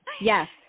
yes